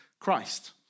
Christ